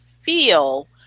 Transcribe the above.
feel